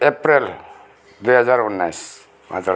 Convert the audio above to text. अप्रेल दुई हजार उन्नाइस हजार